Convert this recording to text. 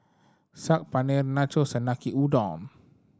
Saag Paneer Nachos and Udon